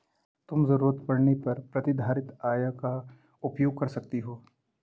तुम ज़रूरत पड़ने पर प्रतिधारित आय का उपयोग कर सकती हो